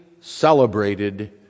celebrated